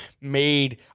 made